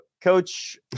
Coach